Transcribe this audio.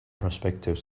prospective